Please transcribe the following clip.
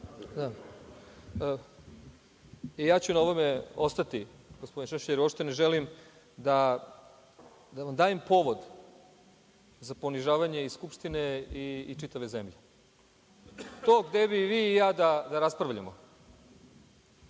Ja ću na ovome ostati, gospodine Šešelj, jer uopšte ne želim da vam dajem povod za ponižavanje i Skupštine i čitave zemlje. To gde bi vi i ja da raspravljamo,